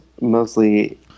mostly